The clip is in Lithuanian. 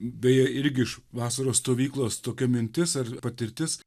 beje irgi iš vasaros stovyklos tokia mintis ar patirtis